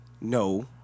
No